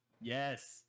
Yes